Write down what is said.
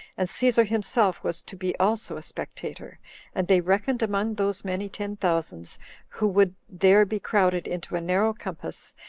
and caesar himself was to be also a spectator and they reckoned, among those many ten thousands who would there be crowded into a narrow compass,